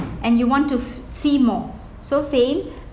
and you want to f~ see more so same